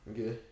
Okay